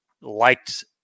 liked